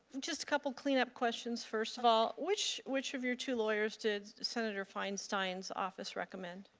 just a couple of cleanup questions. first of all, which which of your two lawyers to senator feinstein's office recommend.